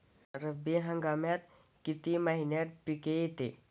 रब्बी हंगामात किती महिन्यांत पिके येतात?